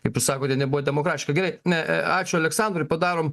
kaip jūs sakote nebuvo demokratiška gerai ne ačiū aleksandrai padarom